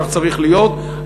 כך צריך להיות,